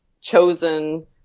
chosen